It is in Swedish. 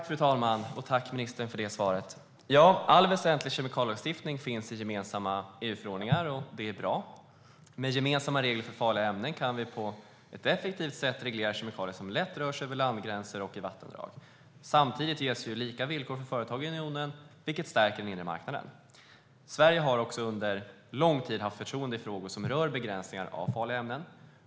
Fru talman! Tack för det svaret, ministern! All väsentlig kemikalielagstiftning finns i gemensamma EU-förordningar. Det är bra. Med gemensamma regler för farliga ämnen kan vi på ett effektivt sätt reglera kemikalier som lätt rör sig över landgränser och i vattendrag. Samtidigt ges lika villkor för företag i unionen, vilket stärker den inre marknaden. Sverige har under lång tid haft stort förtroende i frågor som rör begränsningar av farliga ämnen.